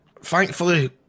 Thankfully